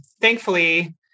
thankfully